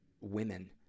women